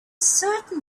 certain